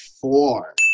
four